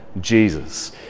Jesus